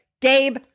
Gabe